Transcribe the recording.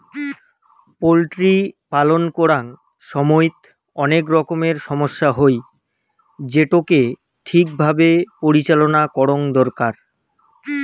poultry পালন করাং সমইত অনেক রকমের সমস্যা হই, যেটোকে ঠিক ভাবে পরিচালনা করঙ দরকার